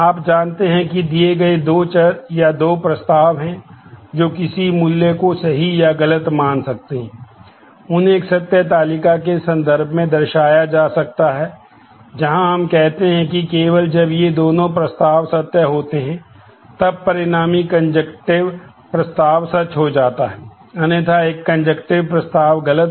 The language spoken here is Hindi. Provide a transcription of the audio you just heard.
आप जानते हैं कि दिए गए दो चर या दो प्रस्ताव हैं जो किसी मूल्य को सही या गलत मान सकते हैं उन्हें एक सत्य तालिका के संदर्भ में दर्शाया जा सकता है जहां हम कहते हैं कि केवल जब ये दोनों प्रस्ताव सत्य होते हैं तब परिणामी कंजेक्टिव प्रस्ताव गलत है